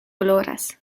gloras